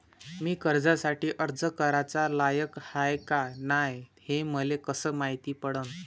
मी कर्जासाठी अर्ज कराचा लायक हाय का नाय हे मले कसं मायती पडन?